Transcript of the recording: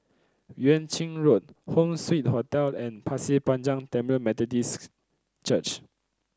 Yuan Ching Road Home Suite Hotel and Pasir Panjang Tamil Methodist Church